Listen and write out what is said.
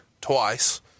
twice